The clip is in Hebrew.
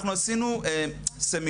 אנחנו עשינו סמינרים,